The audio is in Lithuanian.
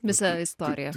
visą istoriją